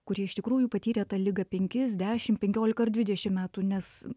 kurie iš tikrųjų patyrė tą ligą penkis dešim penkiolika dvidešim metų nes